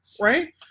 right